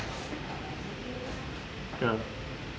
ya